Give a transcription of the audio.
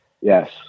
yes